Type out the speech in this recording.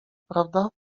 prawda